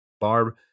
Barb